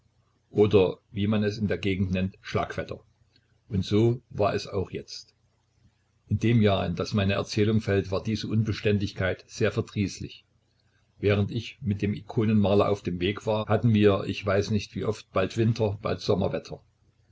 oder wie man es in der gegend nennt schlackwetter und so war es auch jetzt in dem jahre in das meine erzählung fällt war diese unbeständigkeit sehr verdrießlich während ich mit dem ikonenmaler auf dem wege war hatten wir ich weiß nicht wie oft bald winter bald sommerwetter